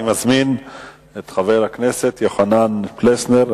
אני מזמין את חבר הכנסת יוחנן פלסנר,